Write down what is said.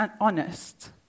honest